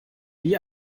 wie